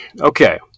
Okay